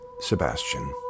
Sebastian